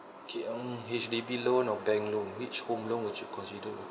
okay um H_D_B loan or bank loan which home loan which you consider